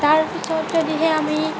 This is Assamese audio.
তাৰপিছত যদিহে আমি